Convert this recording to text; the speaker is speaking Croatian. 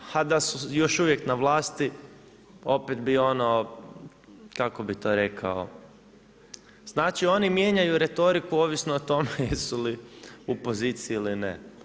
A da su još uvijek na vlasti opet bi ono kako bih to rekao, znači oni mijenjaju retoriku ovisno o tome jesu li u poziciji ili ne.